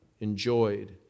enjoyed